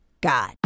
God